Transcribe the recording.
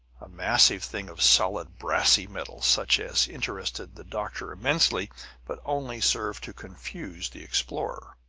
a massive thing of solid brassy metal, such as interested the doctor immensely but only served to confuse the explorer.